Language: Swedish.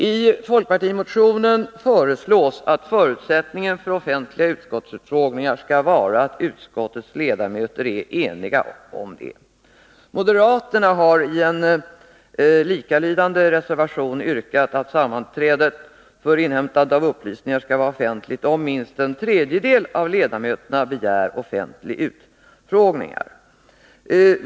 I folkpartimotionen föreslås att förutsättningen för offentliga utskottsutfrågningar skall vara att utskottens ledamöter är eniga om det. Moderaterna har i en likalydande reservation yrkat att utskottssammanträdena skall vara offentliga om minst en tredjedel av ledamöterna begär offentliga utfrågningar.